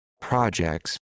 Projects